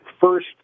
first